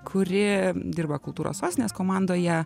kurie dirba kultūros sostinės komandoje